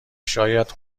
شاید